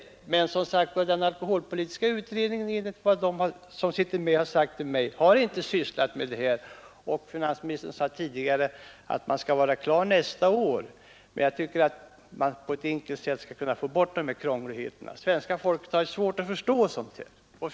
Enligt vad de som sitter med i alkoholpolitiska utredningen har sagt till mig har utredningen inte sysslat med denna fråga. Finansministern sade tidigare att utredningen skall yara klar nästa år, men jag tycker att man på ett enkelt sätt redan dessförinnan borde kunna få bort de här krångligheterna — svenska folket har svårt att förstå dem.